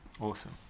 Awesome